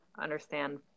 understand